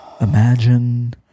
Imagine